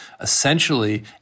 essentially